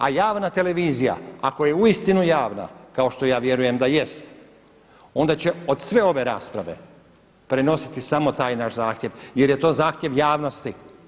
A javna televizija ako je uistinu javna kao što ja vjerujem da jest, onda će od sve ove rasprave prenositi samo taj naš zahtjev jer je to zahtjev javnosti.